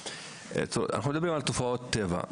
אנחנו מדברים על תופעות טבע.